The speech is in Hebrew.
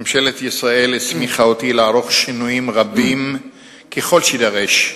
ממשלת ישראל הסמיכה אותי לערוך בתוכנית שינויים רבים ככל שיידרש,